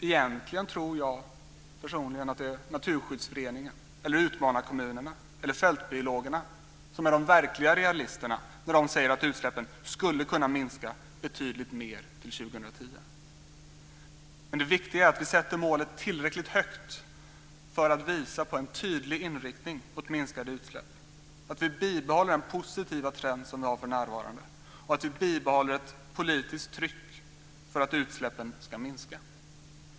Personligen tror jag att det är Naturskyddsföreningen, utmanarkommunerna eller Fältbiologerna som är de verkliga realisterna när de säger att utsläppen skulle kunna minska betydligt mer till 2010. Men det viktiga är att vi sätter målet tillräckligt högt för att visa på en tydlig inriktning mot minskade utsläpp, att vi bibehåller den positiva trend som vi för närvarande har och att vi bibehåller ett politiskt tryck för att utsläppen ska minska.